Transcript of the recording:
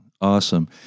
awesome